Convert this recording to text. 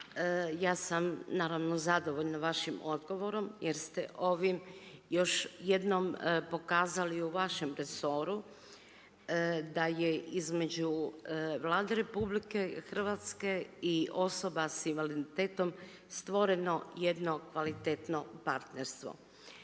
Ja sam naravno zadovoljna vašim odgovorom jer ste ovim još jednom pokazali u vašem resoru da je između Vlade RH i osoba sa invaliditetom stvoreno jedno kvalitetno partnerstvo.